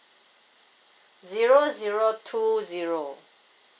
zero zero two zero